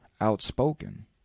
outspoken